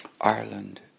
Ireland